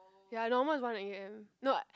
ya normal is one a_m no I